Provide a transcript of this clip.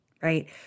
right